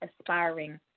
aspiring